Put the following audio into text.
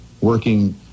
working